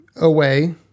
away